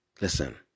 Listen